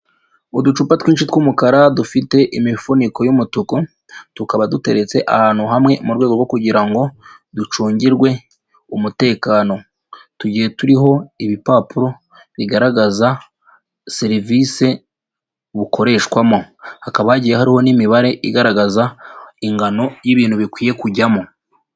Uducupa twinshi tw'umukara dufite imifuniko y'umutuku, tukaba duteretse ahantu hamwe, mu rwego rwo kugira ngo ducungirwe umutekano. Tugiye turiho ibipapuro bigaragaza serivisi bukoreshwamo . Hakaba hagiye hariho n'imibare igaragaza ingano y'ibintu bikwiye kujyamo.